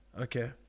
Okay